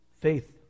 Faith